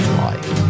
life